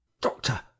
doctor